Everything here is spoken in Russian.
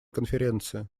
конференции